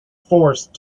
forced